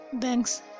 Thanks